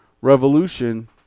revolution